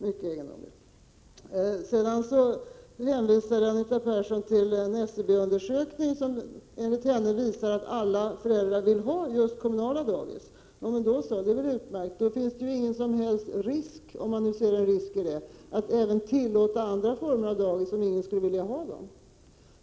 Mycket egendomligt! Anita Persson hänvisar också till en SCB-undersökning som enligt henne visar att alla föräldrar vill ha just kommunala daghem. Men då så, det är väl utmärkt! Då finns det ju ingen som helst risk — om man nu ser en risk i detta — att även tillåta andra former av daghem om ingen skulle vilja ha dem.